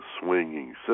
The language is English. swinging